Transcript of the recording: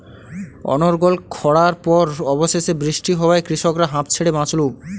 অনর্গল খড়ার পর অবশেষে বৃষ্টি হওয়ায় কৃষকরা হাঁফ ছেড়ে বাঁচল